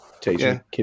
Teacher